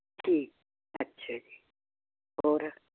ਠੀਕ ਅੱਛਾ ਜੀ ਹੋਰ